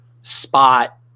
spot